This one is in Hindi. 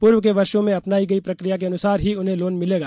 पूर्व के वर्षो में अपनाई गई प्रक्रिया के अनुसार ही उन्हें लोन मिलेगा